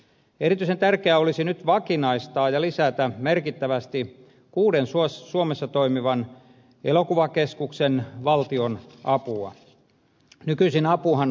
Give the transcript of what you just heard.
erityisen tärkeää olisi nyt vakinaistaa ja lisätä merkittävästi kuuden suomessa toimivan elokuvakeskuksen valtionapua